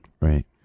Right